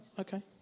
Okay